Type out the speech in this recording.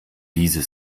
diese